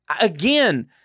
again